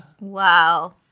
Wow